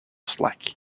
slack